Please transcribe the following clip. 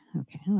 Okay